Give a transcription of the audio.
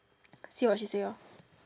see what she say lor